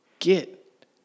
get